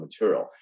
material